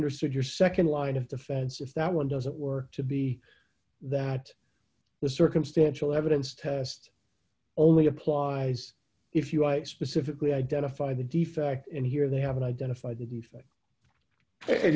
understood your nd line of defense if that one doesn't work to be that the circumstantial evidence test only applies if you i specifically identify the defect and here they haven't identified the defect